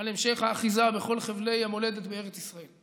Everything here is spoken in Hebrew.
על המשך האחיזה בכל חבלי המולדת בארץ ישראל,